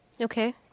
Okay